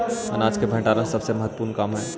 अनाज के भण्डारण सबसे महत्त्वपूर्ण काम हइ